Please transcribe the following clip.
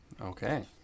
Okay